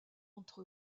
entre